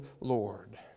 Lord